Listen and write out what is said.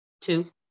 Two